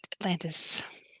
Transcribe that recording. Atlantis